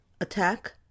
Attack